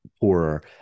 poorer